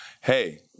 hey